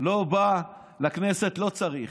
לא בא לכנסת, לא צריך.